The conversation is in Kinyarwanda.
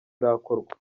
irakorwa